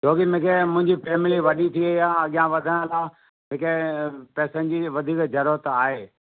छो की मूंखे मुंहिंजी फ़ेमिली वॾी थी वयी आहे अॻियां वधण लाइ मूंखे पैसनि जी वधीक ज़रूरत आहे